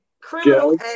Criminal